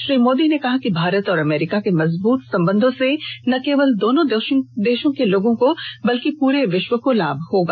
श्री मोदी ने कहा कि भारत और अमरीका के मजबूत संबंधों से न केवल दोनो देशों के लोगों को बल्कि पूरे विश्व को लाभ होगा